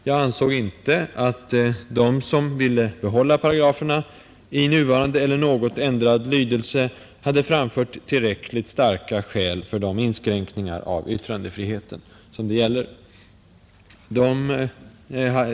Jag ansåg inte att de som ville behålla paragraferna i nuvarande eller något ändrad lydelse hade framfört tillräckligt starka skäl för de inskränkningar av yttrandefriheten som det gäller.